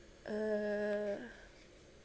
uh